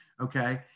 Okay